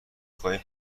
خواهیم